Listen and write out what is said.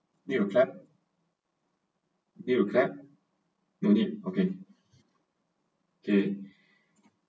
you will clap you will clap no need okay K